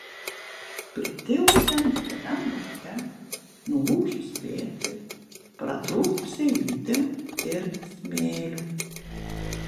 pritilusiam dideliam lauke nuūžus vėtrai pratrūkusiai liūtim ir smėliu